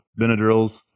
Benadryls